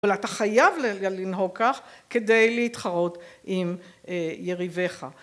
אבל אתה חייב לנהוג כך כדי להתחרות עם יריבך.